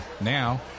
Now